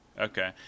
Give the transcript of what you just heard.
Okay